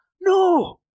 No